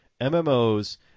MMOs